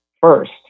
first